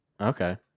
Okay